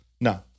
No